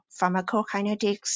pharmacokinetics